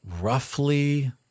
roughly